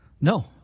No